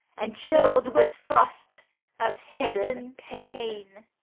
and chilled with frost of hidden pain.